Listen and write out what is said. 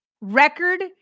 record